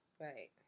Right